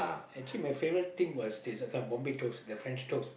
actually my favourite thing was this uh this one Bombay toast the French toast